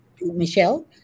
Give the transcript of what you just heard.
michelle